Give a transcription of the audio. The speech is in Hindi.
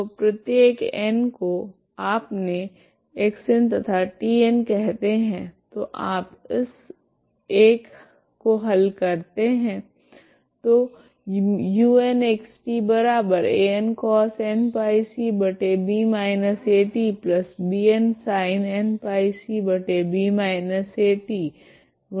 तो प्रत्येक n को आपने Xn तथा Tn कहते है तो आप इस एक को हल कहते है